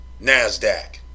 NASDAQ